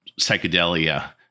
psychedelia